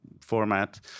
format